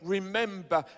Remember